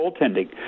goaltending